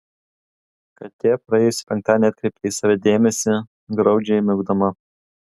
katė praėjusį penktadienį atkreipė į save dėmesį graudžiai miaukdama